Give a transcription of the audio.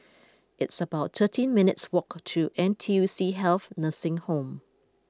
it's about thirteen minutes' walk to N T U C Health Nursing Home